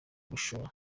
gushora